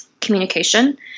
communication